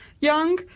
young